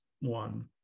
one